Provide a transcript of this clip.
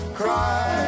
cry